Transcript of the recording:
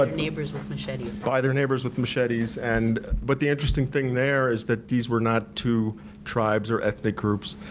but neighbors with machetes. by their neighbors with machetes. and but the interesting thing there was that these were not two tribes or ethnic groups,